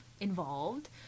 involved